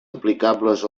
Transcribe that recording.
aplicables